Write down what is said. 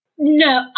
No